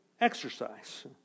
exercise